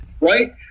Right